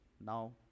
now